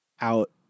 out